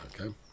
Okay